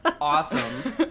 awesome